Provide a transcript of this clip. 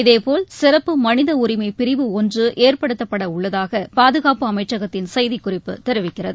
இதேபோல் சிறப்பு மனித உரிமை பிரிவு ஒன்று ஏற்படுத்தப்பட உள்ளதாக பாதுகாப்பு அமைச்சத்தின் செய்திக்குறிப்பு தெரிவிக்கிறது